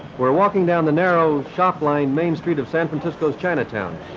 we're walking down the narrow shop line main street of san francisco's china town.